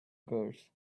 curse